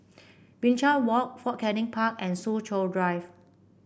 Binchang Walk Fort Canning Park and Soo Chow Drive